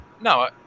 no